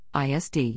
ISD